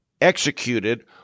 executed